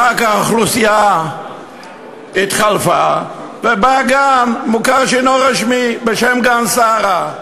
ואחר כך האוכלוסייה התחלפה ובא גן מוכר שאינו רשמי בשם "גן שרה".